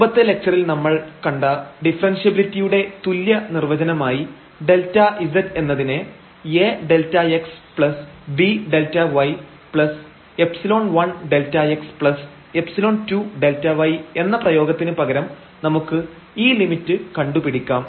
മുമ്പത്തെ ലക്ച്ചറിൽ നമ്മൾ കണ്ട ഡിഫറെൻഷ്യബിലിറ്റിയുടെ തുല്ല്യ നിർവചനമായി Δz എന്നതിനെ aΔxbΔyϵ1Δxϵ2Δy എന്ന പ്രയോഗത്തിന് പകരം നമുക്ക് ഈ ലിമിറ്റ് കണ്ടുപിടിക്കാം